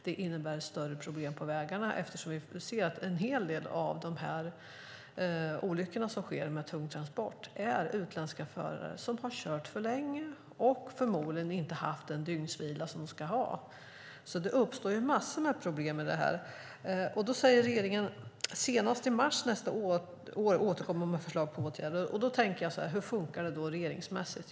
Det innebär större problem på vägarna eftersom det i en hel del av de olyckor som sker med tunga transporter är utländska förare som har kört för länge och förmodligen inte haft den dygnsvila som de ska ha. Det uppstår massor av problem. Då säger regeringen att man senast i mars nästa år återkommer med förslag till åtgärder. Då tänker jag så här: Hur fungerar det regeringsmässigt?